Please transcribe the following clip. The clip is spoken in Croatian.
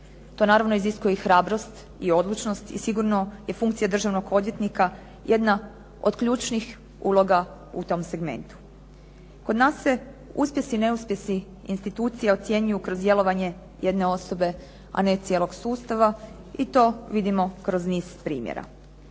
To naravno iziskuje hrabrost i odlučnost, i sigurno je funkcija državnog odvjetnika jedna od ključnih uloga u tom segmentu. Kod nas se uspjesi i neuspjesi institucija ocjenjuju kroz djelovanje jedne osobe a ne cijelog sustava i to vidimo kroz niz primjera.